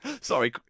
Sorry